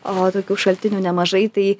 o tokių šaltinių nemažai tai